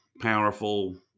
powerful